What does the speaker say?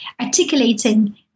articulating